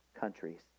countries